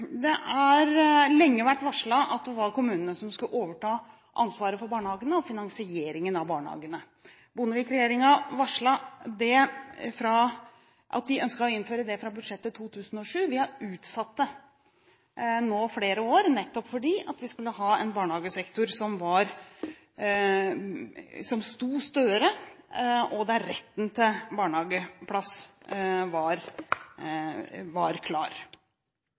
Det har lenge vært varslet at det var kommunene som skulle overta ansvaret for og finansieringen av barnehagene. Bondevik-regjeringen varslet at den ønsket å innføre det fra budsjettet for 2007. Vi har utsatt det i flere år nettopp fordi vi skulle ha en barnehagesektor som sto støere, og der retten til barnehageplass var klar.